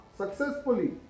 successfully